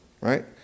right